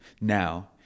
now